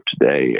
today